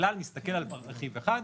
הכלל מסתכל על רכיב אחד,